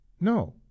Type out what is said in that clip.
No